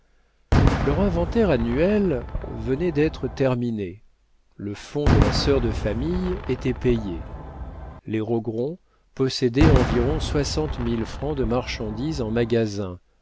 leur inventaire annuel venait d'être terminé le fonds de la sœur de famille était payé les rogron possédaient environ soixante mille francs de marchandises en magasin